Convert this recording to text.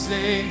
Say